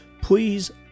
please